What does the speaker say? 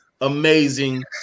amazing